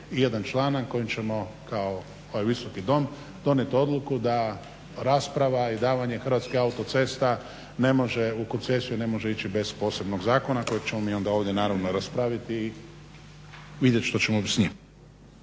i jedan članak kojim ćemo, kao ovaj visoki dom donijeti odluku da rasprava i davanje Hrvatskih autocesta u koncesiju, ne može ići bez posebnog zakona, kojeg ćemo mi onda ovdje naravno raspraviti i vidjet što ćemo s njim.